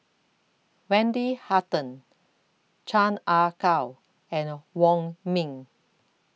Wendy Hutton Chan Ah Kow and Wong Ming